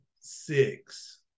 six